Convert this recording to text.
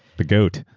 the goat.